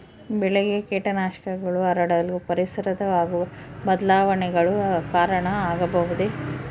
ಬೆಳೆಗೆ ಕೇಟನಾಶಕಗಳು ಹರಡಲು ಪರಿಸರದಲ್ಲಿ ಆಗುವ ಬದಲಾವಣೆಗಳು ಕಾರಣ ಆಗಬಹುದೇ?